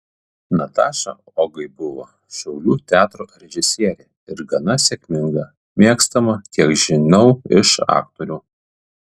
nataša ogai buvo šiaulių teatro režisierė ir gana sėkminga mėgstama kiek žinau iš aktorių